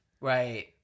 Right